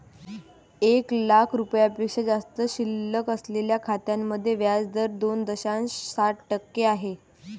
एक लाख रुपयांपेक्षा जास्त शिल्लक असलेल्या खात्यांमध्ये व्याज दर दोन दशांश सात टक्के आहे